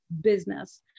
business